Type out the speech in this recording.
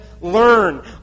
learn